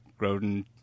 Grodin